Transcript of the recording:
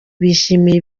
bishimiye